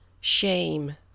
shame